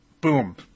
Boom